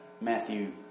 Matthew